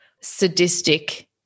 sadistic